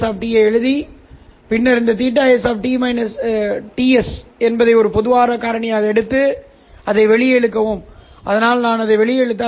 எனவே இப்போது இந்த புகைப்படத்தைப் பார்த்தால் இந்த புகைப்பட மின்னோட்டம் acosθs பாவங்களுக்கு என்ன நடக்கிறது sinθs நன்றாகப் பிரித்தெடுக்கிறது அதையும் நான் பிரித்தெடுக்க வேண்டும்